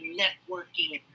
networking